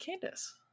candace